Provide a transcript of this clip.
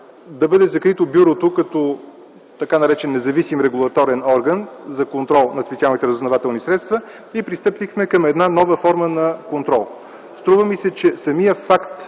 да бъде закрито бюрото, като така наречен независим регулаторен орган, за контрол над специалните разузнавателни средства и пристъпихме към една нова форма на контрол. Струва ми се, че самият факт,